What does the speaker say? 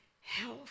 health